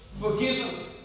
forgiven